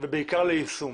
ובעיקר ליישום.